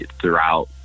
throughout